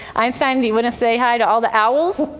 einstein, do you want to say hi to all the owls?